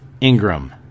Ingram